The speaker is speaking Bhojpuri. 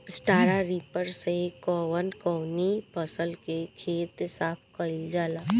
स्टरा रिपर से कवन कवनी फसल के खेत साफ कयील जाला?